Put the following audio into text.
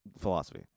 Philosophy